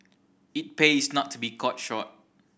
it pays not to be caught short